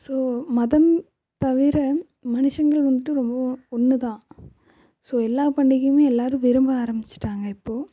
so மதம் தவிர மனுஷங்களும் வந்துட்டு ரொம்ப ஒன்னுதான் ஸோ எல்லாப் பண்டிகையுமே எல்லாரும் விரும்ப ஆரமிச்சுட்டாங்க இப்போது